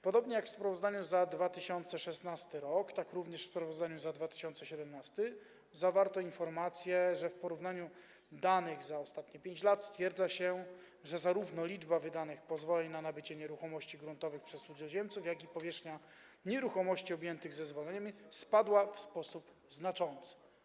Podobnie jak w sprawozdaniu za 2016 r., tak również w sprawozdaniu za 2017 r. zawarto informację, że po porównaniu danych za ostatnie 5 lat stwierdza się, że zarówno liczba wydanych pozwoleń na nabycie nieruchomości gruntowych przez cudzoziemców, jak i powierzchnia nieruchomości objętych zezwoleniami zmniejszyły się w sposób znaczący.